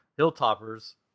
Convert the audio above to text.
Hilltopper's